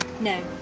No